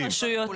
גם הרשויות.